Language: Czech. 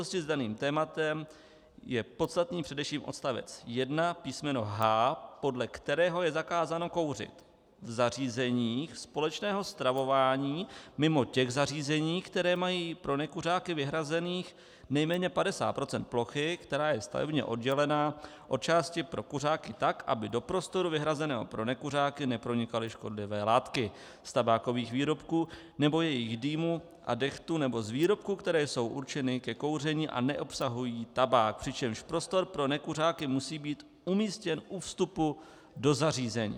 V souvislosti s daným tématem je podstatný především odstavec 1 písm. h), podle kterého je zakázáno kouřit v zařízeních společného stravování mimo ta zařízení, která mají pro nekuřáky vyhrazených nejméně 50 % plochy, která je stavebně oddělena od části pro kuřáky tak, aby do prostoru vyhrazeného pro nekuřáky nepronikaly škodlivé látky z tabákových výrobků nebo jejich dýmů a dehtů nebo z výrobků, které jsou určeny ke kouření a neobsahují tabák, přičemž prostor pro nekuřáky musí být umístěn u vstupu do zařízení.